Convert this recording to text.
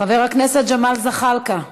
חבר הכנסת ג'מאל זחאלקה,